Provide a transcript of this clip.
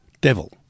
Devil